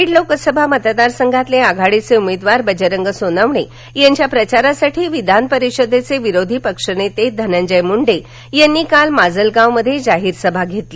बीड लोकसभा मतदारसंघातले आघाडीचे उमेदवार बजरंग सोनवणे यांच्या प्रचारासाठी विधान परिषदेचे विरोधी पक्षनेते धनंजय मुंडे यांनी काल माजलगावमध्ये जाहीर सभा घेतली